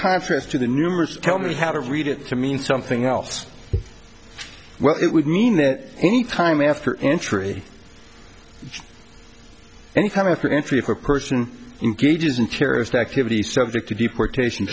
contrast to the numerous tell me how to read it to mean something else well it would mean that any time after entry any kind of for entry for person engages in terrorist activity subject to deportation